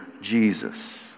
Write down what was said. Jesus